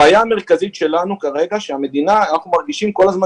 הבעיה המרכזית שלנו כרגע היא שאנחנו מרגישים כל הזמן